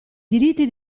diritti